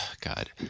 god